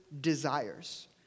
desires